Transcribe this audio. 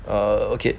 ah okay